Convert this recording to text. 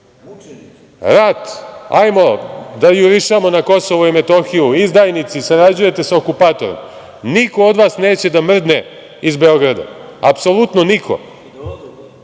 rat, hajmo da jurišamo na Kosovo i Metohiju, izdajnici, sarađujete sa okupatorom. Niko od vas neće da mrdne iz Beograda, apsolutno niko,